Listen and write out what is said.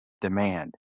demand